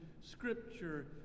scripture